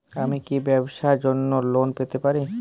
আমি কি ব্যবসার জন্য লোন পেতে পারি?